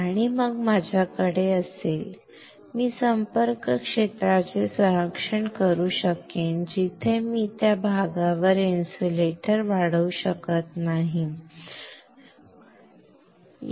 आणि मग माझ्याकडे असेल मी संपर्क क्षेत्राचे संरक्षण करू शकेन जिथे मी त्या भागावर इन्सुलेटर वाढवू शकत नाही जेणेकरून ते ठीक आहे